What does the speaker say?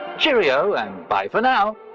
cheerio and bye for now.